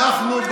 זה המצב שאנחנו,